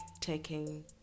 taking